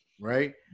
Right